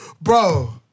bro